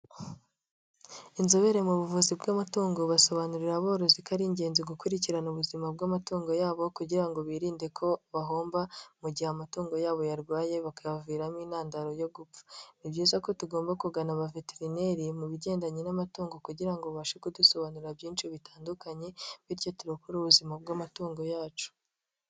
Inzobere mu buvuzi bw'amatungo basobanurira aborozi ko ari ingenzi gukurikirana ubuzima bw'amatungo yabo kugira ngo birinde ko bahomba mu gihe amatungo yabo yarwaye bakayaviramo intandaro yo gupfa, ni byiza ko tugomba kugana abaveterineri mu bigendanye n'amatungo kugira ngo babashe kudusobanurira byinshi bitandukanye bityo turokore ubuzima bw'amatungo yacu.